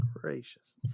gracious